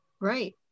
Right